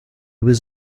was